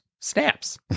snaps